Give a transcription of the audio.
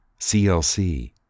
CLC